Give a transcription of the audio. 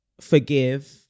forgive